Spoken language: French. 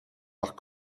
par